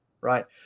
right